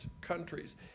countries